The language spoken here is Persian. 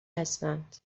هستند